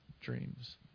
dreams